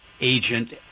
agent